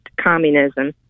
communism